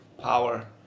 power